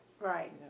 right